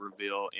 reveal